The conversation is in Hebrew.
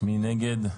מי נגד,